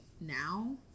now